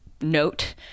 note